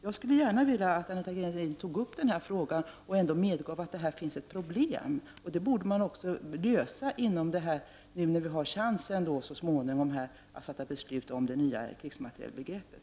Jag vill gärna att Anita Gradin tar upp den här frågan och medger att det finns ett problem. Det borde man också lösa när vi så småningom får chansen att fatta beslut om det nya krigsmaterielbegreppet.